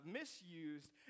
misused